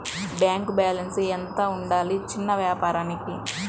Bank balance ఎంత ఉండాలి చిన్న వ్యాపారానికి?